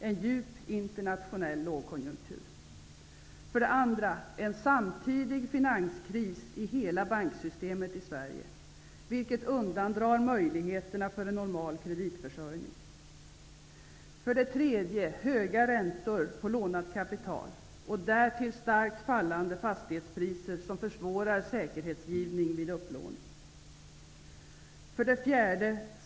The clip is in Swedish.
En djup internationell lågkonjunktur. 2. En samtidig finanskris i hela banksystemet i Sverige, vilket undandrar möjligheterna för en normal kreditförsörjning. 3. Höga räntor på lånat kapital och därtill starkt fallande fastighetspriser som försvårar säkerhetsgivning vid upplåning. 4.